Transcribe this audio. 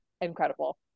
Incredible